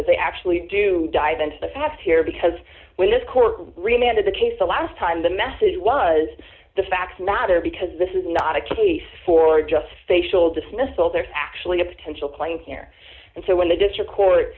that they actually do dive into the facts here because when this court reminded the case the last time the message was the facts matter because this is not a case for just facial dismissal there's actually a potential playing here and so when the district court